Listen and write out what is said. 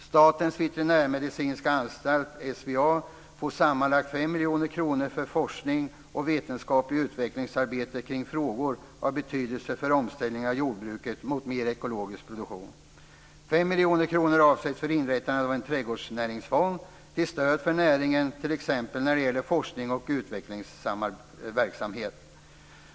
Statens veterinärmedicinska anstalt, SVA, får sammanlagt 5 miljoner kronor för forskning och vetenskapligt utvecklingsarbete kring frågor av betydelse för en omställning av jordbruket mot mer ekologisk produktion. 5 miljoner kronor avsätts för inrättande av en trädgårdsnäringsfond till stöd för näringen t.ex. när det gäller forsknings och utvecklingsverksamhet.